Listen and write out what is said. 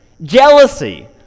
jealousy